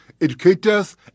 educators